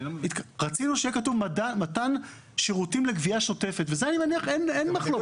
רצינו שיהיה כתוב מתן שירותים לגבייה שוטפת ואני מניח שכאן אין מחלוקת.